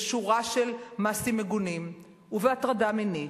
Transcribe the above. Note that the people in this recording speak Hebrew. בשורה של מעשים מגונים ובהטרדה מינית,